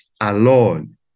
alone